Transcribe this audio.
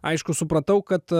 aišku supratau kad